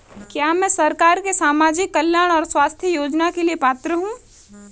क्या मैं सरकार के सामाजिक कल्याण और स्वास्थ्य योजना के लिए पात्र हूं?